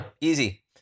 Easy